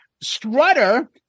Strutter